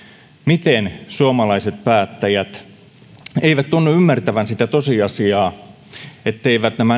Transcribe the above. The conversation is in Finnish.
miten suomalaiset päättäjät eivät tunnu ymmärtävän sitä tosiasiaa etteivät nämä nykyisenkaltaiset kotouttamistoimenpiteet toimi nykymuotoinen